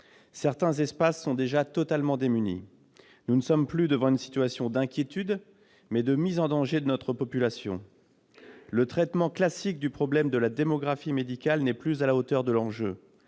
Certains espaces sont déjà totalement démunis. Nous ne sommes plus devant une situation d'inquiétude, mais face à une mise en danger de notre population. Le traitement classique du problème de la démographie médicale n'est plus à la hauteur de l'enjeu,